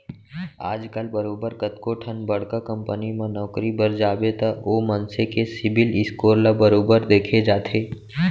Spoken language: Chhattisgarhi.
आजकल बरोबर कतको ठन बड़का कंपनी म नौकरी बर जाबे त ओ मनसे के सिविल स्कोर ल बरोबर देखे जाथे